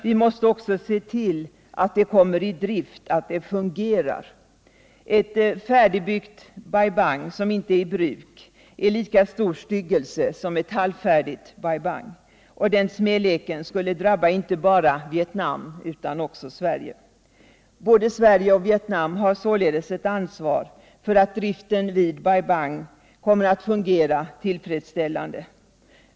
Vi måste också se till att det kommer i drift, att det fungerar. Ett färdigbyggt Bai Bang som inte är i bruk skulle vara en lika stor styggelse som ett halvfärdigt Bai Bang, och smäleken för detta skulle drabba inte bara Vietnam utan också Sverige. Både Sverige och Vietnam har således ett ansvar för att driften vid Bai Bang kommer att fungera tillfredsställande.